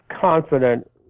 confident